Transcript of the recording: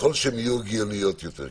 ככל שהן יהיו הגיוניות יותר,